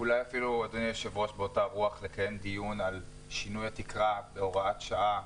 אולי יש לקיים דיון על שינוי התקרה בהוראת שעה,